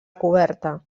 coberta